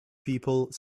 people